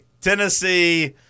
Tennessee